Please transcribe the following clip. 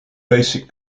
basic